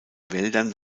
wäldern